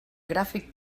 gràfic